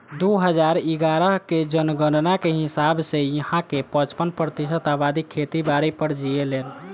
दू हजार इग्यारह के जनगणना के हिसाब से इहां के पचपन प्रतिशत अबादी खेती बारी पर जीऐलेन